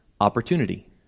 opportunity